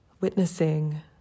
witnessing